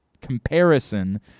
comparison